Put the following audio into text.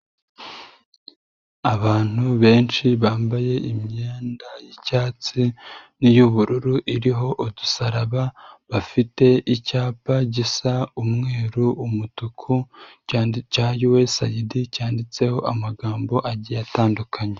Abantu benshi bambaye imyenda y'icyatsi n'iy'ubururu, iriho udusaraba, bafite icyapa gisa umweru, umutuku, cya USAID, cyanditseho amagambo agiye atandukanye.